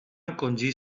encongir